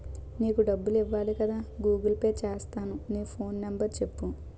నీకు డబ్బులు ఇవ్వాలి కదా గూగుల్ పే సేత్తాను నీ ఫోన్ నెంబర్ సెప్పు